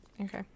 okay